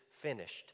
finished